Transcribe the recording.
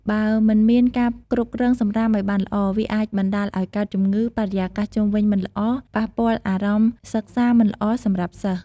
បើមិនមានការគ្រប់គ្រងសំរាមឲ្យបានល្អ វាអាចបណ្តាលឲ្យកើតជំងឺ បរិយាកាសជុំវិញមិនល្អ ប៉ះពាល់អារម្មណ៍សិក្សាមិនល្អសម្រាប់សិស្ស។